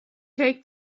take